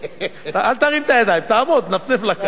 לא לא לא, זה בסדר, אל תגיד לשר לעמוד.